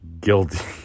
Guilty